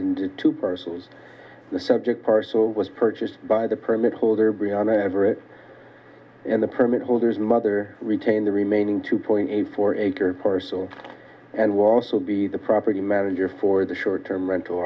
two purses the subject parcel was purchased by the permit holder briana everitt and the permit holders mother retain the remaining two point eight four acre parcel and will also be the property manager for the short term rental